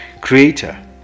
creator